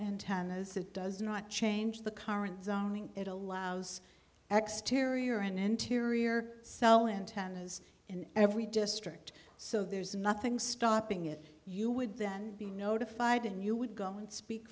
antennas it does not change the current zoning it allows exterior and interior cell antennas in every district so there's nothing stopping it you would then be notified and you would go and speak